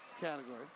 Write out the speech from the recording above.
category